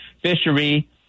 fishery